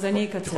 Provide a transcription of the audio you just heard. אז אני אקצר.